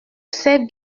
sais